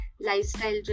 lifestyle